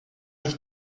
ich